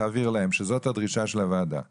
תעביר להם שזאת הדרישה של ועדת הכנסת.